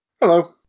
Hello